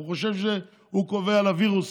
הוא חושב שהוא קובע לווירוס